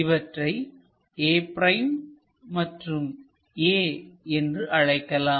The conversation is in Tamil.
இவற்றை a' மற்றும் a என்று அழைக்கலாம்